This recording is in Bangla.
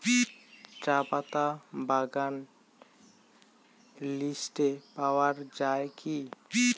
চাপাতা বাগান লিস্টে পাওয়া যায় কি?